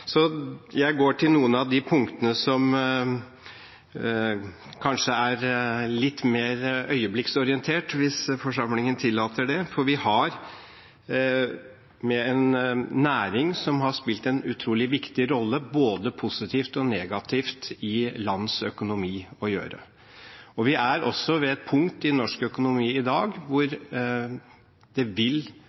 Jeg går til noen av de punktene som kanskje er litt mer øyeblikksorienterte, hvis forsamlingen tillater det. Vi har å gjøre med en næring som har spilt en utrolig viktig rolle både positivt og negativt i landets økonomi. Vi er også ved et punkt i norsk økonomi i dag, hvor det vil